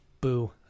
Boo